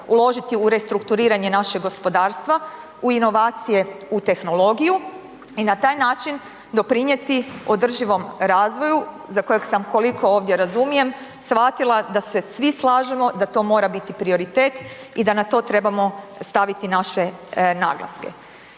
uložiti u restrukturiranje našeg gospodarstva, u inovacije, u tehnologiju i na taj način doprinijeti održivom razvoju za kojeg sam koliko ovdje razumijem, shvatila da se svi slažemo da to mora biti prioritet i da na to trebamo staviti naše naglaske.